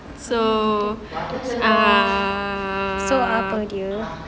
so um